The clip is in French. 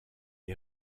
est